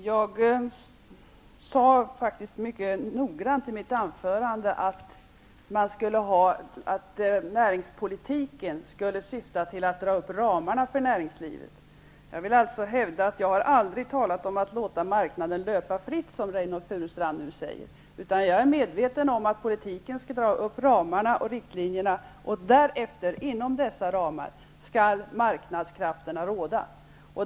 Herr talman! Jag sade faktiskt i mitt anförande -- jag var mycket noga med det -- att näringspolitiken skulle syfta till att dra upp ramarna för näringslivet. Jag vill alltså hävda att jag aldrig har talat om att låta marknaden löpa fritt, som Reynoldh Furustrand nu påstår. Genom politiken skall vi ange ramarna och dra upp riktlinjerna, och inom dessa ramar skall marknadskrafterna råda.